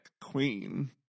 queen